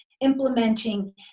implementing